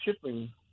shipping